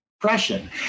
depression